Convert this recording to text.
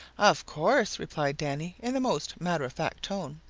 of course, replied danny in the most matter-of-fact tone.